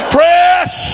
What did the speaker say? Press